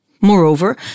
Moreover